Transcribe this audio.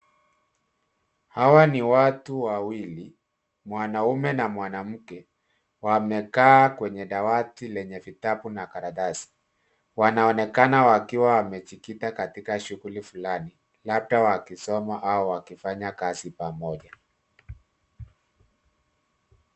Hawa ni watu wawili, mwanamume na mwanamke, wamekaa kwenye dawati lenye vitabu na karatasi. Wanaonekana wakiwa wamejikita katika shughuli fulani, labda wakisoma au wakifanya kazi pamoja.